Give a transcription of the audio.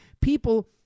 people